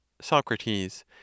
Socrates